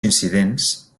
incidents